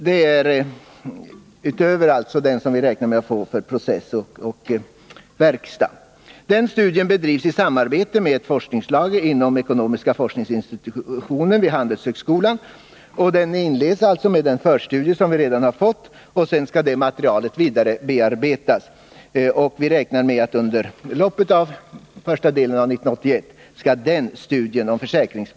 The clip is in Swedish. Det är alltså utöver den studie vi räknar med att få fram om processoch verkstadsindustrin. Den studien bedrivs i samarbete med ett forskningslag inom ekonomiska forskningsinstitutionen Nr 17 vid handelshögskolan, och den inleds alltså med den förstudie som redan är klar. Sedan skall det materialet vidarebearbetas. Vi räknar med att den här studien om försäkringsbranschen skall komma under första delen av 1981.